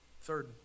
Third